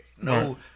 no